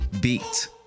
Beat